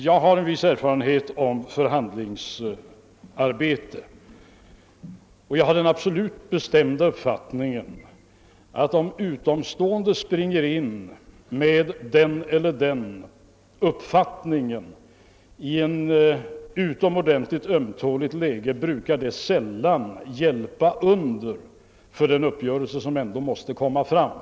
Jag har en viss erfarenhet av förhandlingsarbete, och jag har den absolut bestämda uppfattningen, att om utomstående springer in och framför den eller den uppfattningen i ett utomordentligt ömtåligt läge brukar det sällan underlätta en uppgörelse som ändå måste komma till stånd.